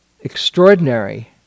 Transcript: extraordinary